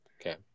Okay